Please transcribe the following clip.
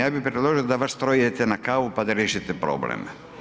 Ja bi predložio da vas troje idete na kavu pa da riješite problem.